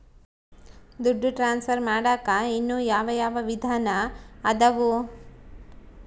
ದುಡ್ಡು ಟ್ರಾನ್ಸ್ಫರ್ ಮಾಡಾಕ ಇನ್ನೂ ಯಾವ ಯಾವ ವಿಧಾನ ಅದವು?